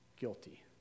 guilty